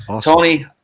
Tony